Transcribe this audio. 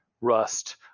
Rust